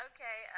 Okay